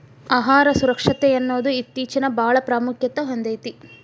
ಆಹಾರ ಸುರಕ್ಷತೆಯನ್ನುದು ಇತ್ತೇಚಿನಬಾಳ ಪ್ರಾಮುಖ್ಯತೆ ಹೊಂದೈತಿ